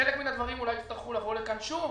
חלק מהדברים יצטרכו לבוא לכאן שוב,